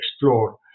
explore